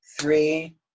three